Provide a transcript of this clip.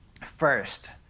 First